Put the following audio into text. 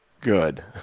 Good